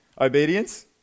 Obedience